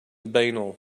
banal